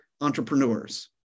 entrepreneurs